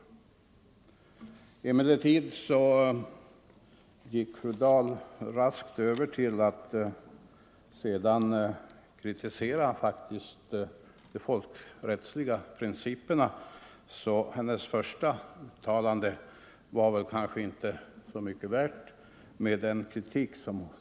Emellertid gick fru Dahl sedan raskt över till att kritisera de folkrättsliga principerna, så hennes första uttalande var kanske inte så mycket värt.